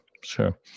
Sure